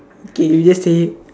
okay you just say